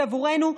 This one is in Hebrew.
בעבורנו.